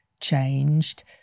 Changed